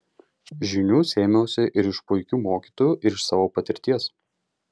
žinių sėmiausi ir iš puikių mokytojų ir iš savo patirties